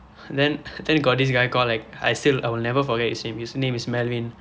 then then got this guy called like I still I will never forget his name his name is melvin